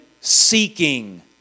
seeking